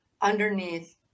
underneath